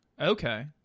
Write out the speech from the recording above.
okay